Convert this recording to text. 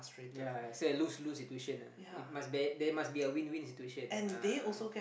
ya I say lose lose situation ah it must there must be a win win situation ah